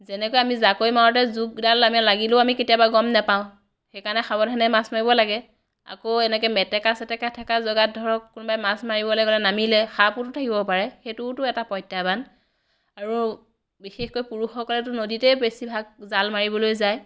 যেনেকৈ আমি জাকৈ মাৰোঁতে জোকডাল আমি লাগিলেও আমি কেতিয়াবা গম নাপাওঁ সেইকাৰণে সাৱধানে মাছ মাৰিব লাগে আকৌ এনেকৈ মেটেকা চেটেকা থকা জেগাত ধৰক কোনোবাই মাছ মাৰিবলৈ গ'লে নামিলে সাপোতো থাকিব পাৰে সেইটোওতো এটা প্ৰত্যাহ্বান আৰু বিশেষকৈ পুৰুষৰ কাৰণেতো নদীতেই বেছিভাগ জাল মাৰিবলৈ যায়